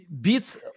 Beats